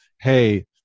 Hey